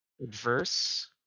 adverse